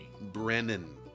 Brennan